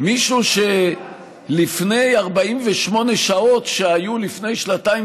מישהו שלפני 48 שעות שהיו לפני שנתיים